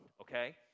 okay